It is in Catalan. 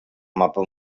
mapa